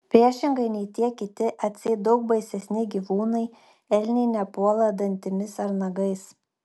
priešingai nei tie kiti atseit daug baisesni gyvūnai elniai nepuola dantimis ar nagais